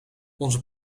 onze